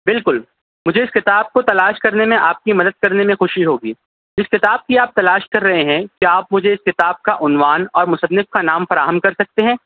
بالکل مجھے اس کتاب کو تلاش کرنے میں آپ کی مدد کرنے میں خوشی ہوگی جس کتاب کی آپ تلاش کر رہے ہیں کیا آپ مجھے اس کتاب کا عنوان اور مصنف کا نام فراہم کر سکتے ہیں